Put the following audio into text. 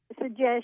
suggestion